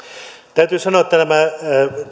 täytyy sanoa että tämä